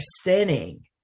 sinning